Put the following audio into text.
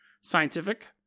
scientific